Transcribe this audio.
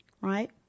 right